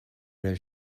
raibh